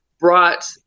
brought